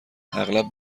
اغلب